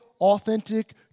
authentic